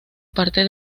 parte